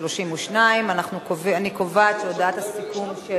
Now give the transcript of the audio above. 32. אני קובעת שהודעת הסיכום של